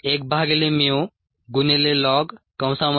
1ln xx0t 10